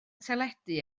teledu